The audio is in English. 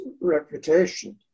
reputation